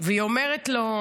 והיא אומרת לו,